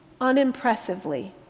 unimpressively